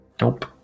Nope